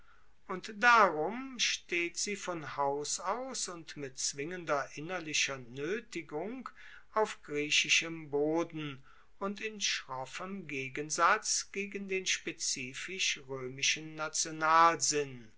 und darum steht sie von haus aus und mit zwingender innerlicher noetigung auf griechischem boden und in schroffem gegensatz gegen den spezifisch